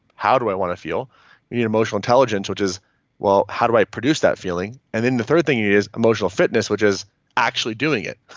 how do i want to feel? you need emotional intelligence, which is well, how do i produce that feeling? and then the third thing you need is emotional fitness, which is actually doing it